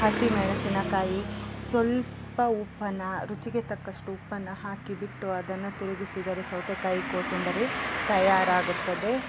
ಹಸಿಮೆಣಸಿನಕಾಯಿ ಸ್ವಲ್ಪ ಉಪ್ಪನ್ನು ರುಚಿಗೆ ತಕ್ಕಷ್ಟು ಉಪ್ಪನ್ನು ಹಾಕಿ ಬಿಟ್ಟು ಅದನ್ನು ತಿರುಗಿಸಿದರೆ ಸೌತೆ ಕಾಯಿ ಕೋಸುಂಬರಿ ತಯಾರಾಗುತ್ತದೆ